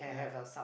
yeah